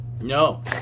No